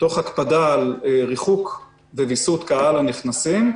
תוך הקפדה על ריחוק וויסות קהל הנכנסים,